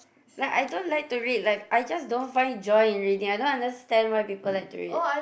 like I don't like to read like I just don't find joy in reading I don't understand why people like to read